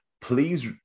Please